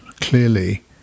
clearly